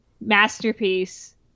masterpiece